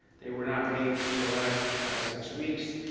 they were not made in the last six weeks,